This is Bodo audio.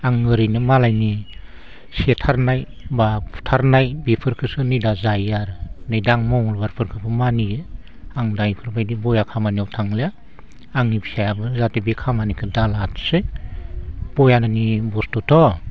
आं ओरैनो मालायनि सेथारनाय बा बुथारनाय बेफोरखोसो नै दा जायो आरो नै दा मंगलबारफोरखोबो मानियो आं दा इफोरबायदि बया खामानियाव थांलिया आंनि फिसायाबो जाहाथे बे खामानिखो दा लाथोसै बया नङि बुस्थुथ'